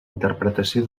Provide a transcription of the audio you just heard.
interpretació